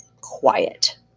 quiet